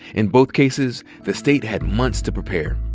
in both cases the state had months to prepare.